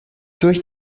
durch